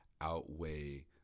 outweigh